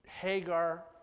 Hagar